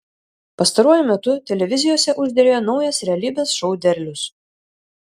pastaruoju metu televizijose užderėjo naujas realybės šou derlius